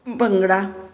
bhangra